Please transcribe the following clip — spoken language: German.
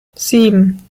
sieben